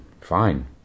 fine